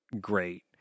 great